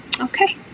okay